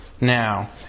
now